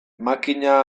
makina